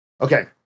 okay